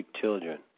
children